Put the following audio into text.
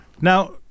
now